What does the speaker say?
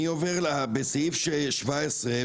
בסעיף 17,